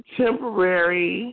temporary